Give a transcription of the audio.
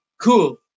cool